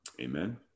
Amen